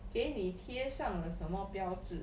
给你贴上了什么标志